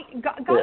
God